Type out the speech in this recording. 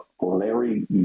Larry